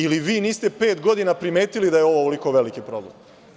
Ili vi niste pet godina primetili da je ovo ovoliko veliki problem?